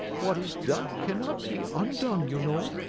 what is done cannot be undone, you know.